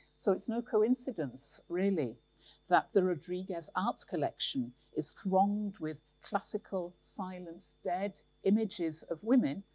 so it's no coincidence really that the rodriguez art collection is thronged with classical, silent, dead images of women,